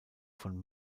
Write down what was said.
von